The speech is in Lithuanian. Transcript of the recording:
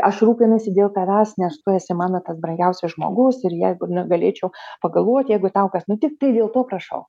aš rūpinuosi dėl tavęs nes tu esi mano tas brangiausias žmogus ir jeigu negalėčiau pagalvot jeigu tau kas nutikt tai dėl to prašau